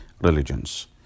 religions